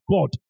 God